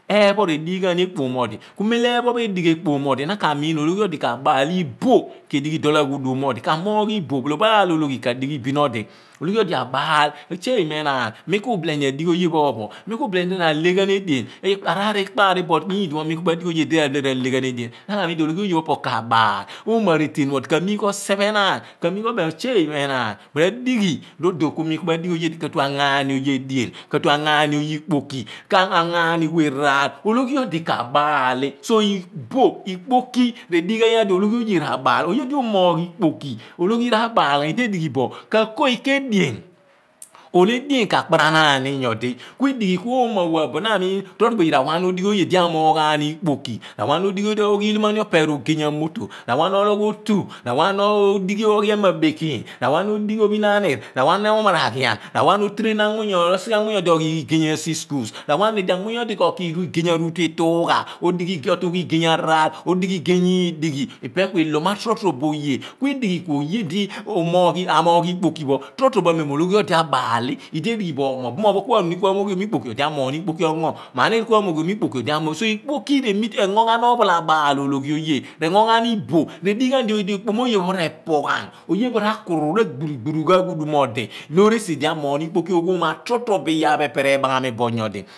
Eepho r' edigh ghan ni ekpom mo odi ku mem lo eepho pho edigh pa ekpom mo odi, na ka miin m mo ologhi odi ka baal a r' iboh ke dighi dol aghudum mo odi ka moogh iboh, ophalabaal ologhi ka dighi bin odi ologhi odi abaal shey mo enaan, mi ku ubile ni adighi oye pho ophun, mi ku bile ni rahle ghan edien, araar ikpar ni but nyikipho mi ku ma dighi oye di abile rahle ghan edien. na ka miin di ologh oye pho opo kabaal oomo arelen pho odi kamugh oseph enaan, ka mugh obem mo shey enaan madighi, rodon ku mi ku madighi oye di ka ngaani oye edien, r' anyo aani oye ikpoki ka anyo aani we rear, owghi odi ka baal li, ku iboh ikpoki redighi ghan idi ologhi oye ka baal, oye lo u / moogh ikpoki, ologhi ra / baal ghan idi edighi bo mi ka ko ika edien, ohle edien ka kparanaan ni nyodi ku uhghi ko oomo awe pho abuen na amun, ro robo oye ra wa ghan odighi oye di amoogh aani ikpoki ra wa ghan oghii lom opeer odo amoto, ra wa ghan ologh otu, ra wa ghan ogh. ehma abekeeny ra wa ghan ophin ahnir omaraghoan, otrain ibam anmuny abidi oghighi igey asi school, ro wa ni di ibam anmuny abidi ko kughi igey aruitu itungha otungha igey avaar odigh igeh udighi pe ku ihiom atutro so oye ku uloghi ku oye di amoogh ikpoki torobo torobo amem ologhi odi abaal u idi edighi bo opuru ephen ikpoki, ghalamo oye ku amoghiom mo obumoony pho ku aniuni, opuru ephen ikpoki odi r' amoy.